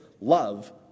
love